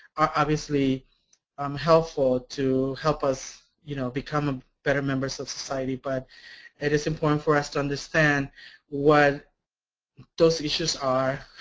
are obviously um helpful to help us you know become better members of society, but it is important for us to understand what those issues are,